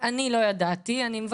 אז הרופא הרופא מחויב בדיווח כשהוא מורשע,